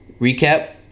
recap